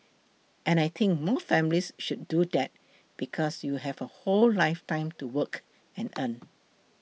and I think more families should do that because you have a whole lifetime to work and earn